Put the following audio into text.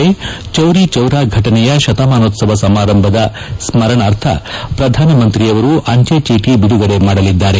ಚೌರಿ ಚೌರ ಫೆಟನೆಯ ಶತಮಾನೋತ್ಸವ ಸಮಾರಂಭದ ಸ್ಮರಣಾರ್ಥ ಪ್ರಧಾನಮಂತ್ರಿ ಅಂಚೆ ಚೀಟಿ ಬಿಡುಗಡೆ ಮಾಡಲಿದ್ದಾರೆ